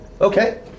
okay